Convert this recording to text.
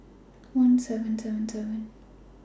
one seven seven seven